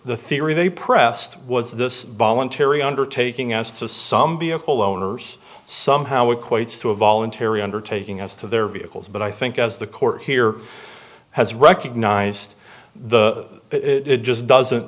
the theory they pressed was the voluntary undertaking as to some be a whole owner's somehow equates to a voluntary undertaking as to their vehicles but i think as the court here has recognized the it just doesn't